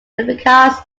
replicas